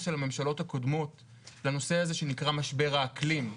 של הממשלות הקודמות לנושא הזה שנקרא משבר האקלים,